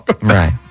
Right